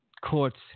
courts